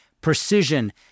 precision